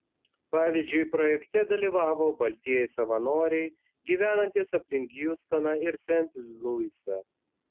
pavyzdžiui projekte dalyvavo baltieji savanoriai gyvenantys aplink hjustoną ir sent luisą